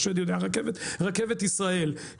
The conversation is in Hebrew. רכבת ישראל,